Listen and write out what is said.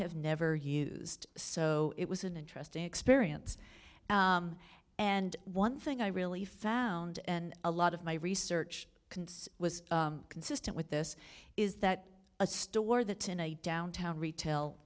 have never used so it was an interesting experience and one thing i really found and a lot of my research concerned was consistent with this is that a store that in a downtown retail